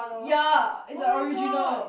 ya it's a original